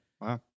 wow